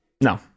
no